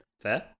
Fair